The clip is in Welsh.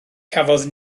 cafodd